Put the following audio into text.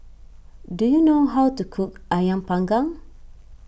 do you know how to cook Ayam Panggang